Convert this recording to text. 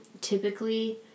typically